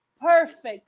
perfect